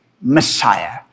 Messiah